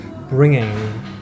bringing